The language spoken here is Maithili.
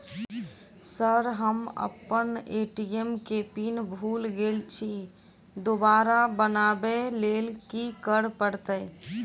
सर हम अप्पन ए.टी.एम केँ पिन भूल गेल छी दोबारा बनाबै लेल की करऽ परतै?